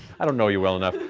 i don't know you well enough,